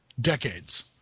decades